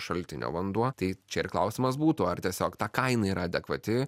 šaltinio vanduo tai čia ir klausimas būtų ar tiesiog ta kaina yra adekvati